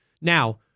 Now